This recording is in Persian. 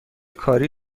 کاری